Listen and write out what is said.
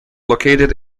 located